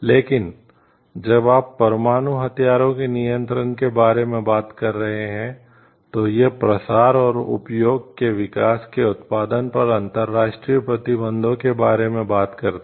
लेकिन जब आप परमाणु हथियारों के नियंत्रण के बारे में बात कर रहे हैं तो यह प्रसार और उपयोग के विकास के उत्पादन पर अंतर्राष्ट्रीय प्रतिबंधों के बारे में बात करता है